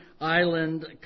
Island